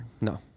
No